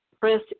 press